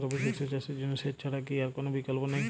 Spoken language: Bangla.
রবি শস্য চাষের জন্য সেচ ছাড়া কি আর কোন বিকল্প নেই?